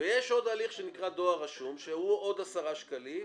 ויש עוד הליך שנקרא דואר רשום, שהוא עוד 10 שקלים,